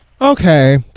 okay